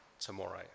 Tomorrow